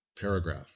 paragraph